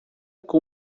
com